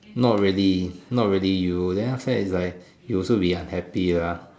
not really not really you then after that you will also be unhappy lah